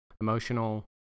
emotional